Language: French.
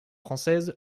française